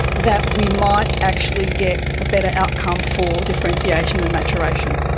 that we might actually get a better outcome for differentiation and maturation.